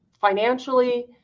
financially